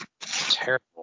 Terrible